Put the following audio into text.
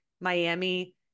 Miami